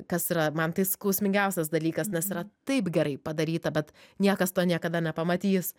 kas yra man tai skausmingiausias dalykas nes yra taip gerai padaryta bet niekas to niekada nepamatys